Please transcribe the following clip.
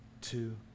two